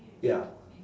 ya